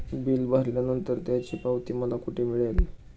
Bill भरल्यानंतर त्याची पावती मला कुठे मिळेल?